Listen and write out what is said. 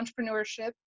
entrepreneurship